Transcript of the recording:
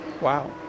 Wow